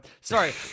sorry